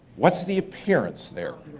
what's the appearance there?